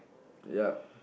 yup